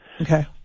Okay